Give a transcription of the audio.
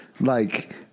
like-